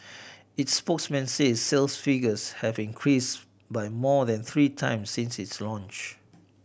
its spokesman says sales figures have increase by more than three times since it launch